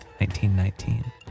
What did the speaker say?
1919